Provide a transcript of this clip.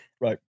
Right